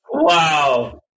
Wow